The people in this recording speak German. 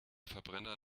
verbrenner